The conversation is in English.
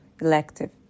Elective